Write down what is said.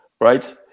right